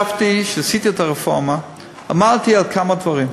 כשעשיתי את הרפורמה, עמדתי על כמה דברים: